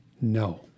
No